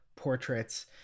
portraits